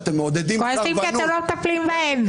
כועסים כי אתם לא מטפלים בהם.